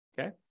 Okay